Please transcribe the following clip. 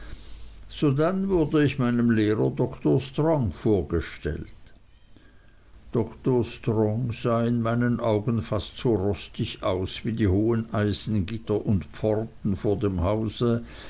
sodann wurde ich meinem lehrer dr strong vorgestellt dr strong sah in meinen augen fast so rostig aus wie die hohen eisengitter und pforten vor dem hause